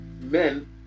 men